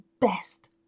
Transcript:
best